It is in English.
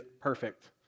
perfect